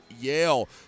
Yale